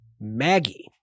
Maggie